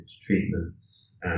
treatments